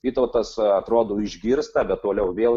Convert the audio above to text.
vytautas atrodo išgirsta bet toliau vėl